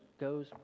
goes